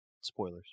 Spoilers